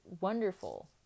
wonderful